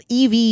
EV